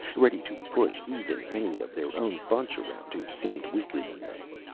ready to push even any of their own bunch around who seemed weaker than they.